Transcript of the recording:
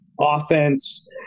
offense